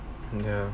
ya